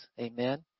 Amen